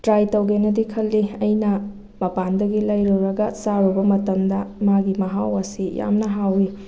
try ꯇꯧꯒꯦꯅꯗꯤ ꯈꯜꯂꯤ ꯑꯩꯅ ꯃꯄꯥꯟꯗꯒꯤ ꯂꯩꯔꯨꯔꯒ ꯆꯥꯔꯨꯕ ꯃꯇꯝꯗ ꯃꯥꯒꯤ ꯃꯍꯥꯎ ꯑꯁꯤ ꯌꯥꯝꯅ ꯍꯥꯎꯋꯤ